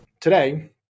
Today